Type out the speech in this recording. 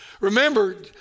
Remember